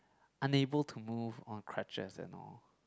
unable to move on crutches and all